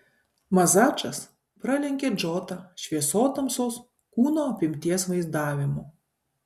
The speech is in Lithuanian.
mazačas pralenkė džotą šviesotamsos kūno apimties vaizdavimu